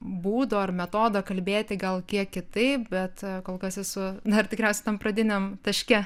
būdo ar metodo kalbėti gal kiek kitaip bet kol kas esu dar tikriausiai tam pradiniam taške